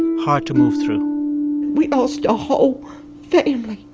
hard to move through we ah lost a whole family.